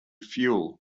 fuel